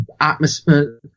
atmosphere